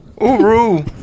uru